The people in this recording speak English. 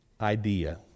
idea